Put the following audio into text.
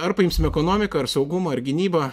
ar paimsim ekonomiką ar saugumą ar gynybą